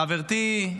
חברתי,